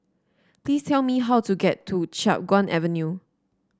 please tell me how to get to Chiap Guan Avenue